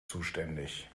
zuständig